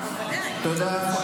תודה.